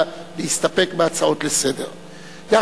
או